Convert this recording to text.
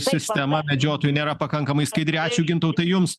sistema medžiotojų nėra pakankamai skaidri ačiū gintautai jums